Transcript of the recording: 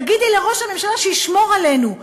תגידי לראש הממשלה שישמור עלינו.